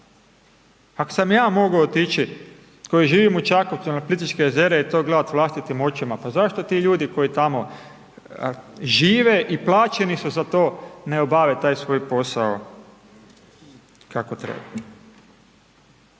Ako sam ja mogao otići koji živim u Čakovcu na Plitvičkim jezera i to gledat vlastitim očima, pa zašto ti ljudi koji tamo žive i plaćeni su za to, ne obave taj svoj posao kako treba?